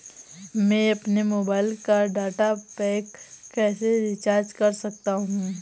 मैं अपने मोबाइल का डाटा पैक कैसे रीचार्ज कर सकता हूँ?